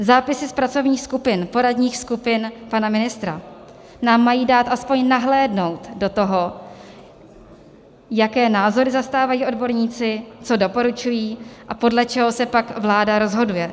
Zápisy z pracovních skupin, poradních skupin pana ministra, nám mají dát aspoň nahlédnout do toho, jaké názory zastávají odborníci, co doporučují a podle čeho se pak vláda rozhoduje.